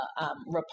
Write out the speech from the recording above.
Republican